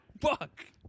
fuck